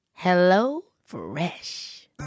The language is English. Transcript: HelloFresh